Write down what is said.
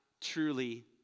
truly